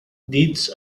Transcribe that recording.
deeds